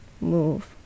move